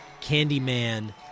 Candyman